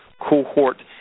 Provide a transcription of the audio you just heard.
cohort